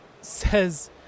says